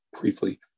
briefly